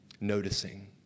noticing